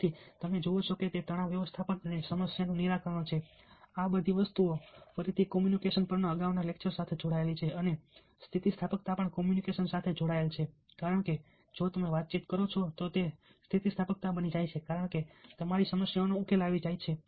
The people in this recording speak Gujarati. તેથી તમે જુઓ છો કે તે તણાવ વ્યવસ્થાપન અને સમસ્યાનું નિરાકરણ છે અને આ બધી વસ્તુઓ ફરીથી કોમ્યુનિકેશન પરના અગાઉના લેક્ચર્સ સાથે જોડાયેલી છે અને સ્થિતિસ્થાપકતા પણ કોમ્યુનિકેશન સાથે જોડાયેલી છે કારણ કે જો તમે વાતચીત કરો છો તો તે સ્થિતિસ્થાપકતા બની જાય છે કારણ કે તમારી સમસ્યાનો ઉકેલ આવી જાય છે